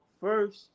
first